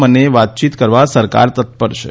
મને વાતચીત કરવા સરકાર તત્પર છે